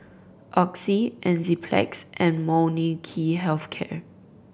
Oxy Enzyplex and Molnylcke Health Care